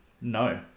No